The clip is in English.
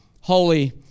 holy